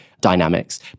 dynamics